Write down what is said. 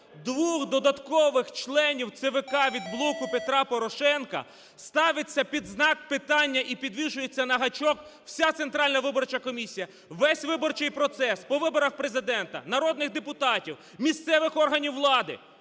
двох додаткових членів ЦВК від "Блоку Петра Порошенка", ставиться під знак питання і підвішується на гачок вся Центральна виборча комісія, весь виборчий процес по виборах Президента, народних депутатів, місцевих органів влади.